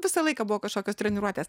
visą laiką buvo kažkokios treniruotės